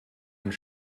und